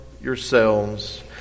yourselves